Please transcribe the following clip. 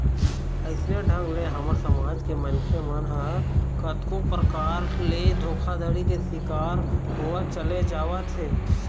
अइसन ढंग ले हमर समाज के मनखे मन ह कतको परकार ले धोखाघड़ी के शिकार होवत चले जावत हे